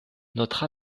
notre